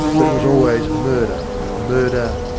but it was always murder, murder,